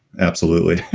absolutely.